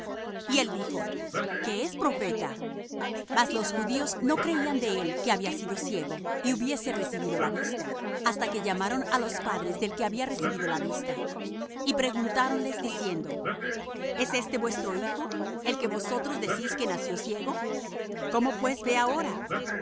y él dijo que es profeta mas los judíos no creían de él que había sido ciego y hubiese recibido la vista hasta que llamaron á los padres del que había recibido la vista y preguntáronles diciendo es éste vuestro hijo el que vosotros decís que nació ciego cómo pues ve ahora